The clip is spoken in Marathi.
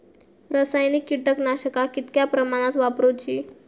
रासायनिक कीटकनाशका कितक्या प्रमाणात वापरूची?